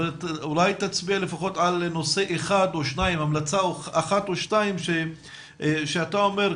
אולי תצביע לפחות על המלצה אחת או שתיים שאתה אומר,